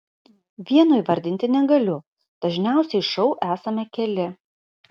vieno įvardinti negaliu dažniausiai šou esame keli